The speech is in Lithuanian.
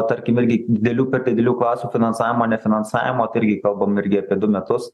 tarkim irgi didelių per didelių klasių finansavimo nefinansavimo tai irgi kalbam irgi apie du metus